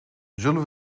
zullen